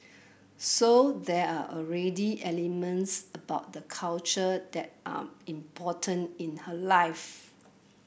so there are already elements about the culture that are important in her life